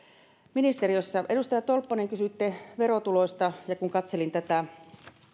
ministeriössä edustaja tolppanen kysyitte verotuloista ja kun katselin tätä